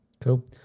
Cool